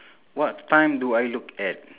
what time do I look at